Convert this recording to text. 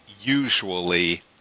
usually